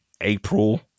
April